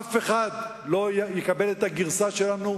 אף אחד לא יקבל את הגרסה שלנו,